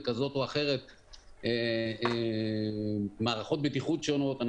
כזאת או אחרת מערכות בטיחות שונות,